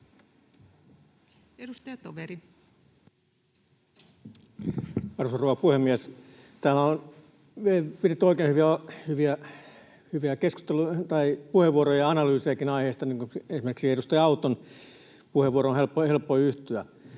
Arvoisa rouva puhemies! Täällä on pidetty oikein hyviä puheenvuoroja, analyysejakin, aiheesta. Esimerkiksi edustaja Auton puheenvuoroon on helppo yhtyä.